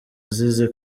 azize